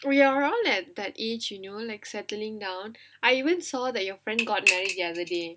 we are all at that age you know like settling down I even saw that your friend got married the other day